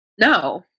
No